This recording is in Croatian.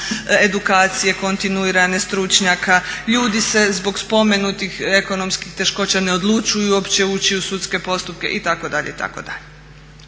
edukacije kontinuirane, stručnjaka, ljudi se zbog spomenutih ekonomskih teškoća ne odlučuju uopće ući u sudske postupke itd.